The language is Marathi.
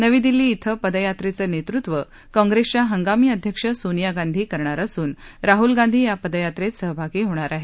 नवी दिल्ली कें पदयात्रेचं नेतृत्व काँग्रेसच्या हंगामी अध्यक्ष सोनिया गांधी करणार असून राहल गांधी या पदयात्रेत सहभागी होणार आहेत